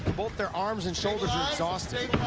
both their arms and shoulders are exhausted.